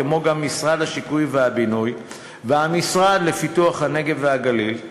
כמו גם משרד השיכון והבינוי והמשרד לפיתוח הנגב והגליל,